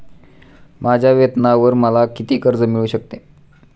माझ्या वेतनावर मला किती कर्ज मिळू शकते?